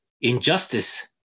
Injustice